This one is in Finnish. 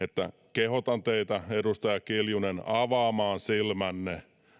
kehotan teitä edustaja kiljunen avaamaan silmänne